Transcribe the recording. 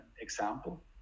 example